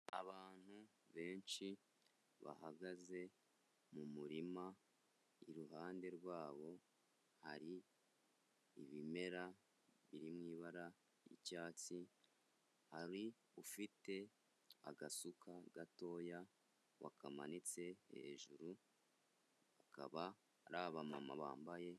Abantu benshi bahagaze mu murima, iruhande rwabo hari ibimera biri mu ibara ry'icyatsi hari ufite agasuka gatoya wakamanitse hejuru, akaba ari abamama bambaye.